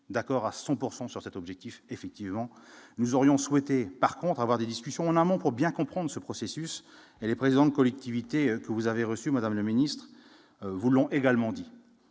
d'accord à son pourcent sur cet objectif, effectivement nous aurions souhaité par contre avoir des discussions en amont pour bien comprendre ce processus et les présidents de collectivités que vous avez reçu, Madame la Ministre, voulons également dit